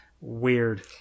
weird